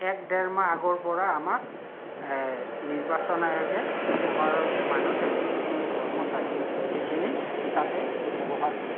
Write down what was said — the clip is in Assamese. এক ডেৰমাহ আগৰ পৰা আমাক নিৰ্বাচন আয়োগে আমাৰ মানুহখিনিক যিখিনি কৰ্মচাৰী সেইখিনিক তাতে ব্যৱহাৰ কৰে